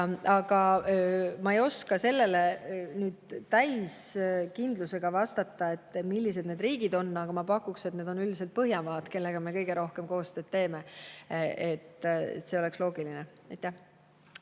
Ma ei oska nüüd täiskindlusega vastata sellele, millised need riigid on, aga ma pakuksin, et need on üldiselt Põhjamaad, kellega me kõige rohkem koostööd teeme. See oleks loogiline.